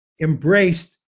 embraced